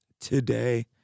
today